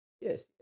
Yes